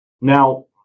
Now